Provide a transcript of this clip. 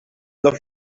the